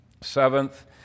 Seventh